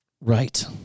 Right